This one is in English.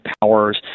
powers